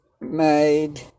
made